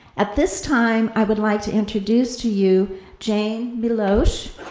at this time, i would like to introduce to you jane milosh,